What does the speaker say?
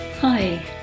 Hi